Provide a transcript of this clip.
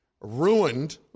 ruined